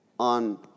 on